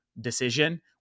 decision